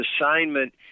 assignment